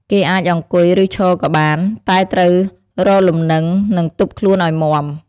គេអាចអង្គុយ ឬឈរក៏បាន តែត្រូវរកលំនឹងនិងទប់ខ្លួនឱ្យមាំ។